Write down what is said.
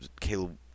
Caleb